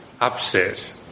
upset